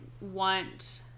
want